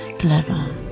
clever